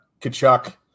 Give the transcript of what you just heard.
Kachuk